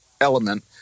element